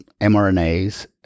mRNAs